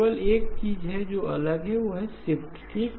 केवल एक चीज जो अलग है वह है शिफ्ट्स ठीक